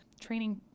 training